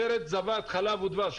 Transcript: ארץ זבת חלב ודבש.